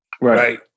Right